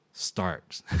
Start